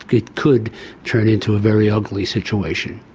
it could turn into a very ugly situation.